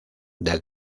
del